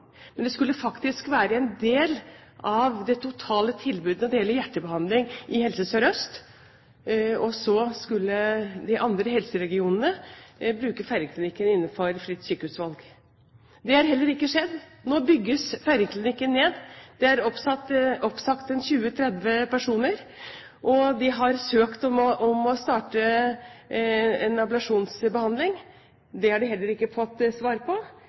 men det skulle faktisk være en del av det totale tilbudet når det gjelder hjertebehandling i Helse Sør-Øst. Så skulle de andre helseregionene bruke Feiringklinikken innenfor Fritt sykehusvalg. Det har heller ikke skjedd. Nå bygges Feiringklinikken ned. Det er sagt opp 20–30 personer. De har søkt om å starte en ablasjonsbehandling. Det har de heller ikke fått svar på.